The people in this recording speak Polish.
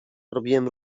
robiłem